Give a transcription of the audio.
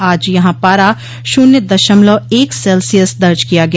आज यहां पारा शून्य दशमलव एक सेल्सियस दर्ज किया गया